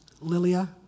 Lilia